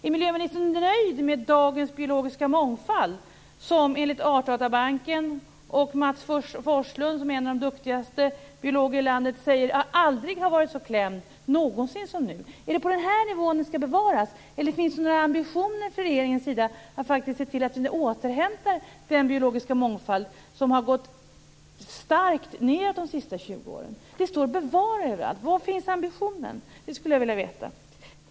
Är miljöministern nöjd med dagens biologiska mångfald, som enligt Artdatabanken och Mats Forslund, en av de duktigaste biologerna i landet, aldrig någonsin har varit så klämd som nu? Är det på den här nivån den skall bevaras? Eller finns det några ambitioner från regeringens sida att faktiskt se till att vi återhämtar den biologiska mångfald som har gått starkt nedåt under de senaste 20 åren? Det står "bevara" överallt. Var finns ambitionen? Det skulle jag vilja veta.